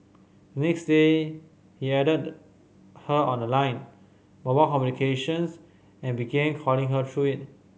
next day he added her on the Line mobile communications and began calling her through it